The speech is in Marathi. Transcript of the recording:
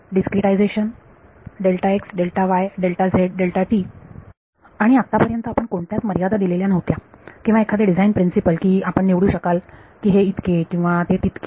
डीस्क्रीनटायझेशन आणि आतापर्यंत आपण कोणत्याच मर्यादा दिलेल्या नव्हत्या किंवा एखादे डिझाईन प्रिन्सिपल की आपण निवडू शकाल की हे इतके किंवा ते तितके